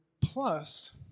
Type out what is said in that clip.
plus